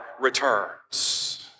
returns